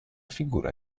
figura